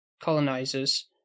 colonizers